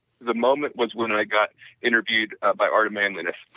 the moment once when i got interviewed by art of manliness for